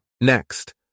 Next